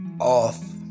off